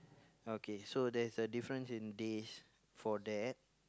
okay so there's a difference in days for that